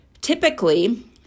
Typically